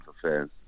affairs